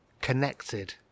Connected